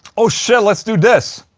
oh shit, let's do this